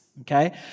Okay